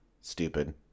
Stupid